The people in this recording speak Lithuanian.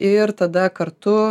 ir tada kartu